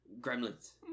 gremlins